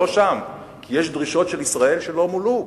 כי יש דרישות של ישראל שלא מולאו.